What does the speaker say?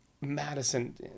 Madison